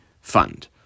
fund